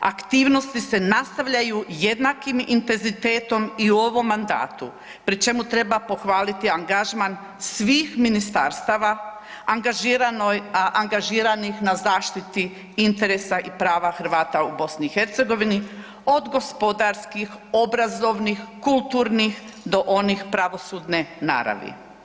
Aktivnosti se nastavljaju jednakim intenzitetom i u ovom mandatu pri čemu treba pohvaliti angažman svih ministarstava angažiranih na zaštiti interesa i prava Hrvata u Bosni i Hercegovini od gospodarskih, obrazovnih, kulturnih do onih pravosudne naravi.